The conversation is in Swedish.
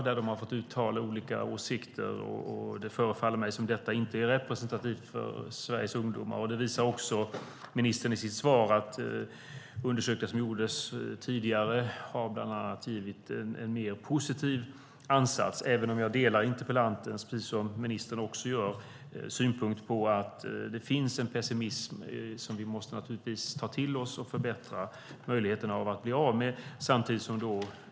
De har fått uttala olika åsikter. Det förefaller mig som om det inte är representativt för Sveriges ungdomar. I sitt svar säger ministern också att undersökningar som har gjorts tidigare har givit en mer positiv ansats. Jag, liksom ministern, delar interpellantens synpunkt att det finns en pessimism som vi måste ta till oss. Vi måste förbättra möjligheten att bli av med den.